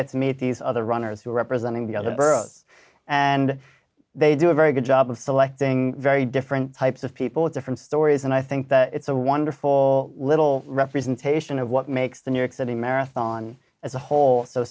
get to meet these other runners who are representing the other boroughs and they do a very good job of selecting very different types of people with different stories and i think that it's a wonderful little representation of what makes the new york city marathon as a whole so